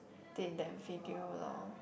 did that video lor